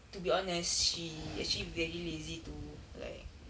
to be honest she actually very lazy to like